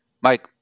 Mike